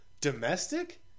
domestic